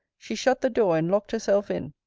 she shut the door, and locked herself in,